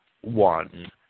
one